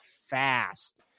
fast